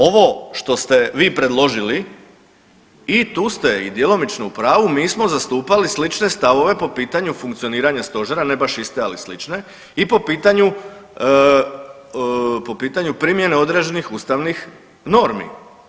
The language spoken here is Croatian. Ovo što ste vi predložili i tu ste i djelomično u pravu mi smo zastupali slične stavove po pitanju funkcioniranja Stožera, ne baš iste ali slične i po pitanju primjene određenih ustavnih normi.